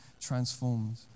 transformed